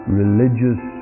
religious